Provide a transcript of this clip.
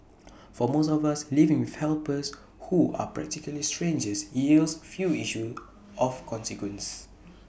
for most of us living with helpers who are practically strangers yields few issues of consequence